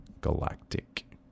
Galactic